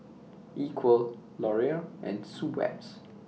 Equal Laurier and Schweppes